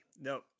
no